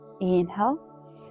inhale